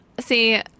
See